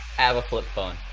have a flip phone.